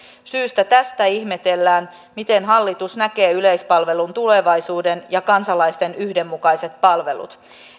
syystä ihmetellään miten hallitus näkee yleispalvelun tulevaisuuden ja kansalaisten yhdenmukaiset palvelut